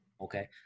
Okay